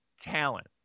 talent